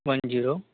one zero